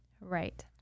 Right